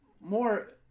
more